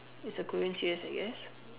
it's a Korean series I guess